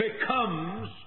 becomes